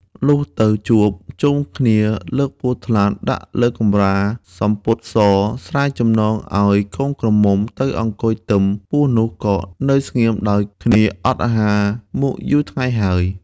លុះទៅជួប ជុំគ្នា លើកពស់ថ្លាន់ដាក់លើកំរាលសំពត់ស ស្រាយចំណងឱ្យកូនក្រមុំទៅអង្គុយទន្ទឹម ពស់នោះ ក៏នៅស្ងៀមដោយគ្នា អត់អាហារមកយូរថ្ងៃហើយ ។